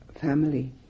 family